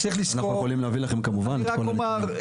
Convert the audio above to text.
אני רק אומר,